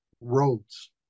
roads